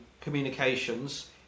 communications